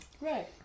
Right